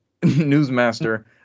Newsmaster